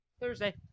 Thursday